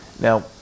Now